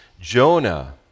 Jonah